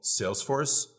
Salesforce